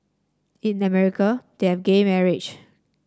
in America they have gay marriage